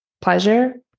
pleasure